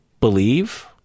believe